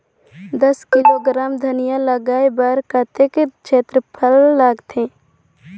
दस किलोग्राम धनिया लगाय बर कतेक क्षेत्रफल लगथे?